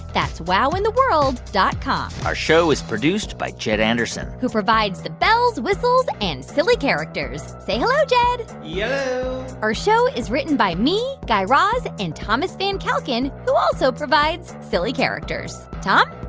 that's wowintheworld dot com our show is produced by jed anderson who provides the bells, whistles and silly characters. say hello, jed yello yeah our show is written by me, guy raz and thomas van kalken, who also provides silly characters. tom?